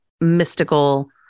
mystical